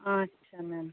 আচ্ছা ম্যাম